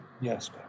Yes